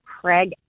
Craig